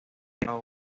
cao